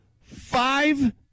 five